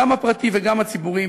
גם הפרטי וגם הציבורי,